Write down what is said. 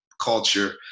culture